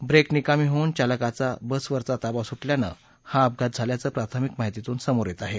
break निकामी होऊन चालकाचा बसवरील ताबा सुटल्यानं हा अपघात झाल्याचं प्राथमिक माहितीतून समोर येत आहे